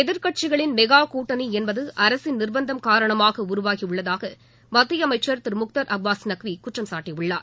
எதிர்க்கட்சிகளின் மெகா கூட்டணி என்பது அரசின் நிர்பந்தம் காரணமாக உருவாகி உள்ளதாக மத்திய அமைச்சர் திரு முக்தார் அப்பாஸ் நக்வி குற்றம் சாட்டியுள்ளார்